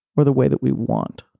or the way that we want.